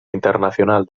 internacional